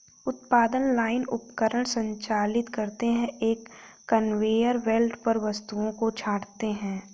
उत्पादन लाइन उपकरण संचालित करते हैं, एक कन्वेयर बेल्ट पर वस्तुओं को छांटते हैं